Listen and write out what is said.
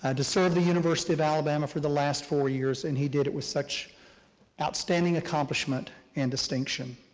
and to serve the university of alabama for the last four years, and he did it with such outstanding accomplishment and distinction.